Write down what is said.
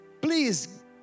please